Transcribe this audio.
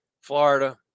Florida